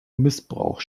missbrauch